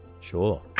Sure